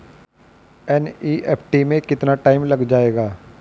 NEFT में कितना time लग जाएगा?